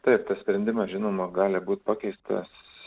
taip tas sprendimas žinoma gali būt pakeistas